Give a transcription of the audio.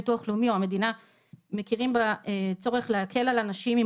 ביטוח לאומי או המדינה מכירים בצורך להקל על אנשים עם